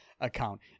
account